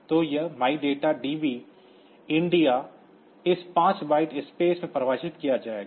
तो यह MyData DB INDIA इस 5 बाइट स्पेस में परिभाषित किया जाएगा